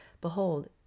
Behold